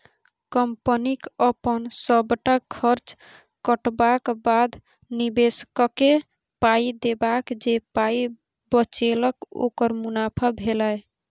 कंपनीक अपन सबटा खर्च कटबाक बाद, निबेशककेँ पाइ देबाक जे पाइ बचेलक ओकर मुनाफा भेलै